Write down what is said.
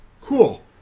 cool